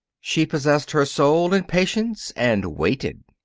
she possessed her soul in patience and waited.